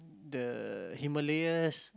the Himalayas